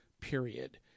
period